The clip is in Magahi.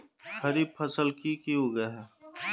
खरीफ फसल की की उगैहे?